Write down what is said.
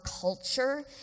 culture